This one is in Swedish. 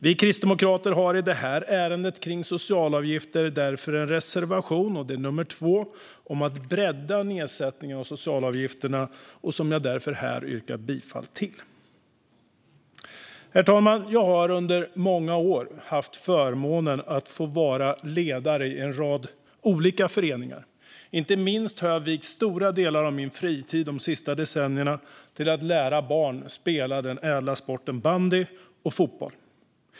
Vi kristdemokrater har i detta ärende kring socialavgifter därför en reservation om att bredda nedsättningen av socialavgifterna, och jag yrkar härmed bifall till reservation 2. Herr talman! Jag har under många år haft förmånen att få vara ledare i en rad olika föreningar. Inte minst har jag vigt stora delar av min fritid de senaste decennierna åt att lära barn att spela den ädla sporten bandy och fotboll.